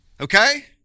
Okay